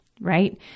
right